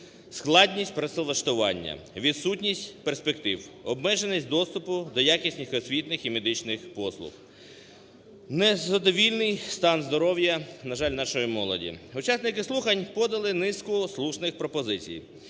складність працевлаштування, відсутність перспектив, обмеженість доступу до якісних освітніх і медичних послуг, незадовільний стан здоров'я, на жаль, нашої молоді. Учасники слухань подали низку слушних пропозицій